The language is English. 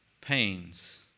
pains